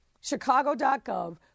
chicago.gov